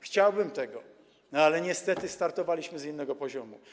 Chciałbym tego, ale niestety startowaliśmy z innego poziomu.